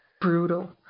brutal